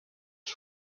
die